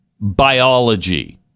biology